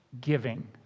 giving